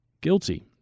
guilty